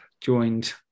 joined